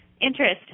interest